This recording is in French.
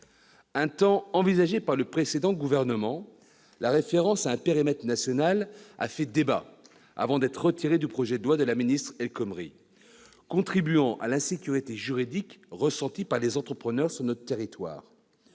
Un temps envisagée par le précédent gouvernement, la référence à un périmètre « national » a fait débat, avant d'être retirée du projet de loi de la ministre Myriam El Khomri, ce qui a contribué à l'insécurité juridique ressentie par les entrepreneurs sur notre territoire.